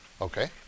Okay